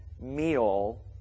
meal